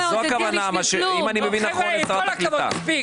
זו הכוונה, אם אני מבין נכון את שרת הקליטה.